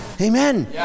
Amen